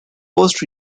worst